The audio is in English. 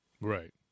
Right